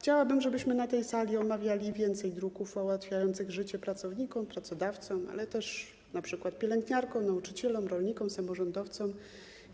Chciałabym, żebyśmy na tej sali omawiali więcej druków ułatwiających życie pracownikom, pracodawcom, ale też np. pielęgniarkom, nauczycielom, rolnikom, samorządowcom